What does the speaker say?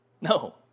no